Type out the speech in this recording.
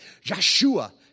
Joshua